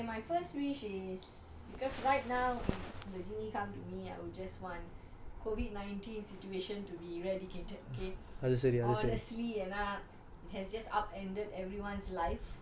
okay my first wish is because right now if the genie come to me I'll just want COVID nineteen situation to be eradicated okay honestly ஏன்னா:yaenaa it has just upended everyone's life